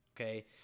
okay